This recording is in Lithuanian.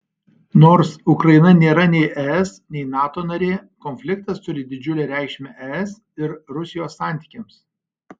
nors ukraina nėra nei es nei nato narė konfliktas turi didžiulę reikšmę es ir rusijos santykiams